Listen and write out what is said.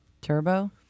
Turbo